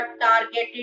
targeted